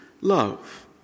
love